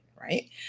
right